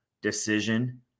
decision